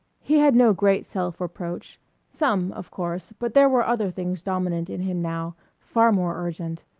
he had no great self-reproach some, of course, but there were other things dominant in him now, far more urgent.